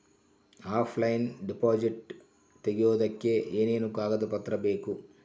Offline deposit ತೆಗಿಯೋದಕ್ಕೆ ಏನೇನು ಕಾಗದ ಪತ್ರ ಬೇಕು?